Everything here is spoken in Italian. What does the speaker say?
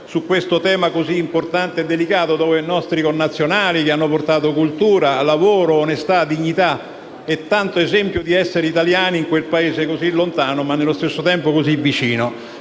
su questo tema così importante e delicato, che riguarda anche nostri connazionali che hanno portato cultura, lavoro, onestà, dignità e tanti esempi di cosa significa essere italiani in quel Paese, così lontano ma nello stesso tempo così vicino.